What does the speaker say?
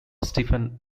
stephen